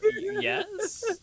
yes